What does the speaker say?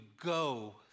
go